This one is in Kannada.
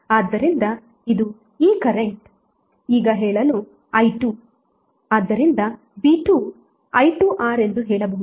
ಆದ್ದರಿಂದ ಇದು ಈ ಕರೆಂಟ್ ಈಗ ಹೇಳಲು i2 ಆದ್ದರಿಂದ V2 i2R ಎಂದು ಹೇಳಬಹುದು